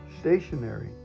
stationary